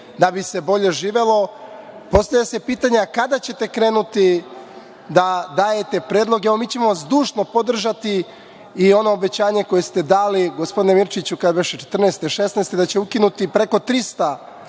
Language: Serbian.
da bi se bolje živelo. Postavlja se pitanje – kada ćete krenuti da dajete predloge? Mi ćemo vas zdušno podržati i ono obećanje koje ste dali, gospodine Mirčiću, kada beše, 2014, 2016. godine, da ćete ukinuti preko 300